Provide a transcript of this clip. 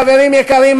חברים יקרים,